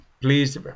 Please